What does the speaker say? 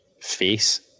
face